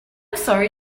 sorry